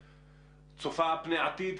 צופה פני עתיד,